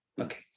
Okay